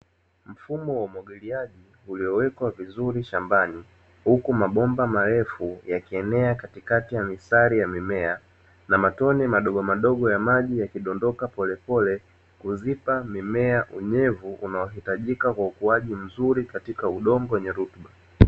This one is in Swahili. Mfumo wa umwagiliaji uliowekwa vizuri shambani, huku mabomba marefu yakienea katikati ya mistari ya mimea na matone madogo madogo ya maji yakidondoka polepole, kuzipa mimea unyevu unaohitajika kwa ukuaji mzuri katika udongo wenye rutuba.